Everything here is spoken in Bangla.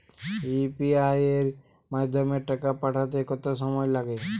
ইউ.পি.আই এর মাধ্যমে টাকা পাঠাতে কত সময় লাগে?